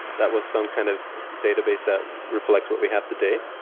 that was some kind of database that reflects what we have today.